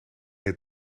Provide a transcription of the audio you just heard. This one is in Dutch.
het